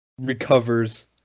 recovers